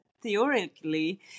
Theoretically